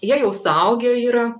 jie jau suaugę yra